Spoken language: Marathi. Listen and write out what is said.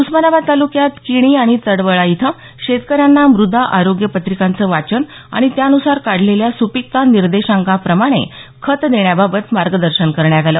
उस्मानाबाद तालुक्यात किणी आणि तडवळा इथं शेतकऱ्यांना मृदा आरोग्य पत्रिकांचं वाचन आणि त्यान्सार काढलेल्या सुपीकता निर्देशांकाप्रमाणे खत देण्याबाबत मार्गदर्शन करण्यात आलं